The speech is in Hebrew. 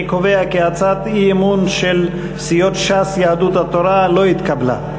אני קובע כי הצעת האי-אמון של סיעות ש"ס ויהדות התורה לא התקבלה.